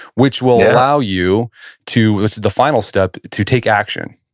which will allow you to, this is the final step, to take action.